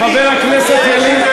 חבר הכנסת ילין,